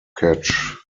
catch